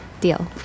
Deal